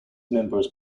members